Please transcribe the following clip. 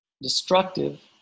destructive